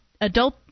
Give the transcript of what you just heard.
adult